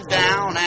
down